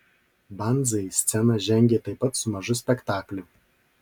banzai į sceną žengė taip pat su mažu spektakliu